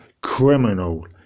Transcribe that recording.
criminal